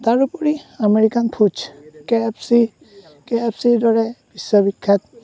তাৰোপৰি American foods K F C K F চিৰ দৰে বিশ্ববিখ্যাত